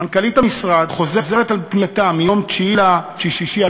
מנכ"לית המשרד חוזרת על פנייתה מיום 9 ביוני 2014,